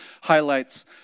highlights